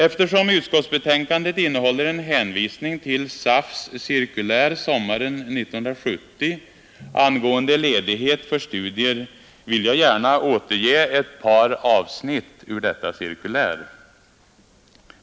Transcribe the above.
Eftersom utskottsbetänkandet innehåller en hänvisning till SAF:s cirkulär sommaren 1970 angående ledighet för studier, vill jag gärna återge ett par avsnitt ur detta cirkulär.